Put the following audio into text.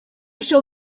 shall